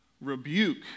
rebuke